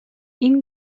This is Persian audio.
این